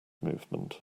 movement